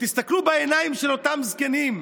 תסתכלו בעיניים של אותם זקנים,